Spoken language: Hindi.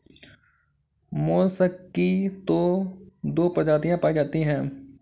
मोलसक की तो दो प्रजातियां पाई जाती है